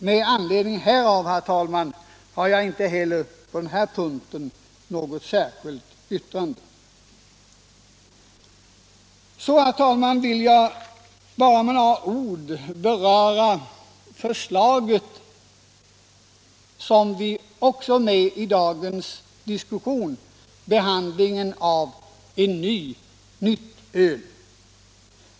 Med anledning härav, herr talman, har jag inte heller på denna punkt något särskilt yrkande. Så, herr talman, vill jag bara med några ord beröra det förslag om ett nytt öl som vi behandlar i dagens diskussion.